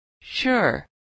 Sure